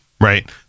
right